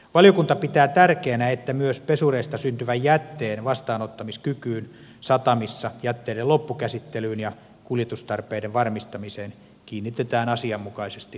valiokunta pitää tärkeänä että myös pesureista syntyvän jätteen vastaanottamiskykyyn satamissa jätteiden loppukäsittelyyn ja kuljetustarpeiden varmistamiseen kiinnitetään asianmukaisesti jatkossa huomiota